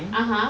(uh huh)